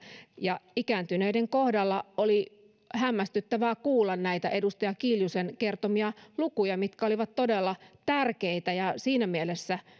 ikääntyneiden kohdalla oli hämmästyttävää kuulla näitä edustaja kiljusen kertomia lukuja mitkä olivat todella tärkeitä ja siinä mielessä